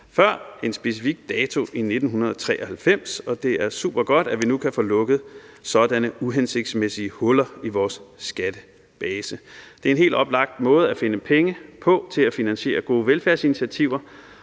før en specifik dato i 1993. Det er supergodt, at vi nu kan få lukket sådanne uhensigtsmæssige huller i vores skattebase. Det er en helt oplagt måde at finde penge på til at finansiere gode velfærdsinitiativer,